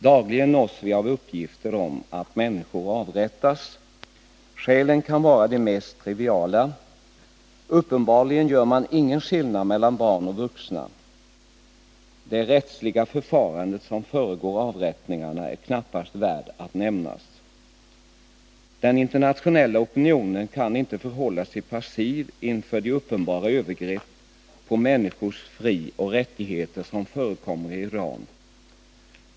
Dagligen nås vi av uppgifter om att människor avrättas. Skälen kan vara de mest triviala. Uppenbarligen gör man ingen skillnad mellan barn och vuxna. Det rättsliga förfarande som föregår avrättningarna är knappast värt att nämnas. Den internationella opinionen kan inte förhålla sig passiv inför de uppenbara övergrepp på människors frioch rättigheter som förekommer i Iran.